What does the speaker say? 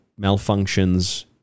malfunctions